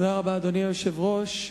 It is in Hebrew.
אדוני היושב-ראש,